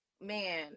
man